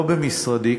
לא במשרדי,